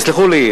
תסלחו לי,